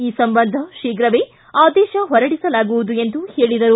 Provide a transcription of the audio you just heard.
ಈ ಸಂಬಂಧ ಶೀಘ್ರವೇ ಆದೇಶ ಹೊರಡಿಸಲಾಗುವುದು ಎಂದು ಹೇಳಿದರು